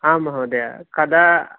आम् महोदयः कदा